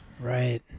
Right